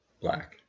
Black